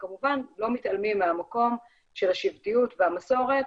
וכמובן לא מתעלמים מהמקום של השבטיות והמסורת,